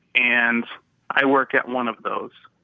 and i work at one of those.